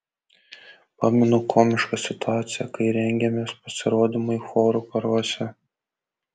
pamenu komišką situaciją kai rengėmės pasirodymui chorų karuose